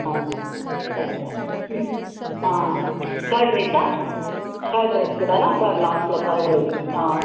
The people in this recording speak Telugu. సరే సార్ కర్డ్ రైసా కర్డ్ రైస్ కూడానా కర్డ్ లాస్ట్లో కర్డ్ రైస్